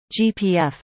GPF